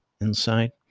inside